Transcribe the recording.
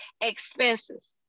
expenses